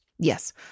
Yes